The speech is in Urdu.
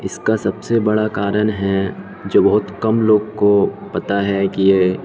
اس کا سب سے بڑا کارن ہے جو بہت کم لوگ کو پتا ہے کہ یہ